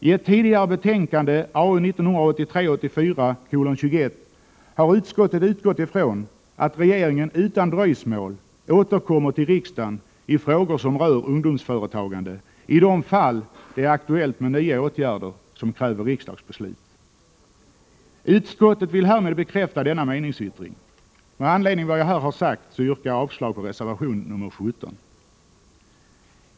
I ett tidigare betänkande, AU 1983/84:21, har utskottet utgått ifrån att regeringen utan dröjsmål återkommer till riksdagen i frågor som rör ungdomsföretagande i de fall där det är aktuellt med nya åtgärder som kräver riksdagsbeslut. Utskottet vill härmed bekräfta denna meningsyttring. Med anledning av vad jag här sagt yrkar jag avslag på reservation nr 17.